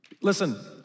Listen